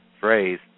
phrase